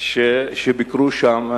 שביקרו שם.